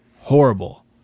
horrible